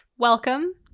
welcome